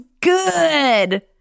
good